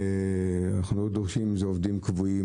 אנחנו לא דורשים עובדים קבועים,